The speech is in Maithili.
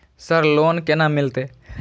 सर लोन केना मिलते?